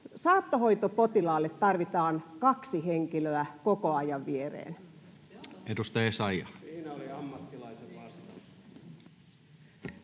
Saattohoitopotilaalle tarvitaan kaksi henkilöä koko ajan viereen. [Maria